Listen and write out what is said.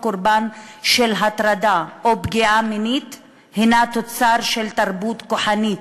קורבן להטרדה או פגיעה מינית היא תוצר של תרבות כוחנית,